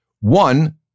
One